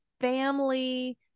family